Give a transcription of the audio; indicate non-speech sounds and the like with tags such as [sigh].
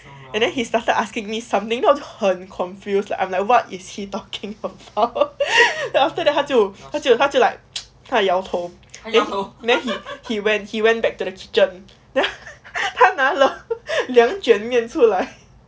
and then he started asking me something then 我很 confused like I'm like what is he talking about [laughs] after that 他就他就他就 like 他摇头 he he went he went back to the kitchen then [laughs] 他拿了两卷面出来 [laughs]